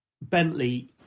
Bentley